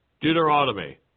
Deuteronomy